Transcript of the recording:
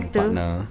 partner